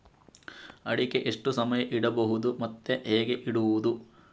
ಅಡಿಕೆ ಎಷ್ಟು ಸಮಯ ಇಡಬಹುದು ಮತ್ತೆ ಹೇಗೆ ಇಡುವುದು?